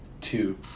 Two